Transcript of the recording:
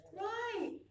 right